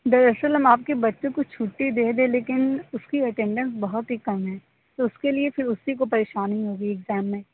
دراصل ہم آپ کے بچوں کو چُھٹی دے دیں لیکن اُس کی اٹنڈینس بہت ہی کم ہے تو اُس کے لیے پھر اُسی کو پریشانی ہوگی ایگزام میں